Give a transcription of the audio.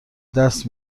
دست